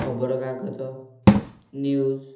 ଖବରକାଗଜ ନ୍ୟୁଜ